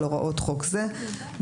על הוראות חוק זה באמצעות